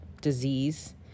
disease